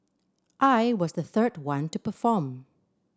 I was the third one to perform